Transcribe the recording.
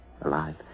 alive